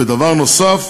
ודבר נוסף,